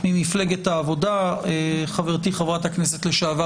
ממפלגת העבודה: חברתי חברת הכנסת לשעבר